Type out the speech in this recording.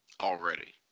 already